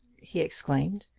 he exclaimed.